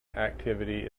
activity